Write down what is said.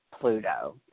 Pluto